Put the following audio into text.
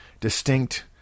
distinct